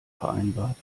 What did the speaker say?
vereinbart